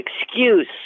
excuse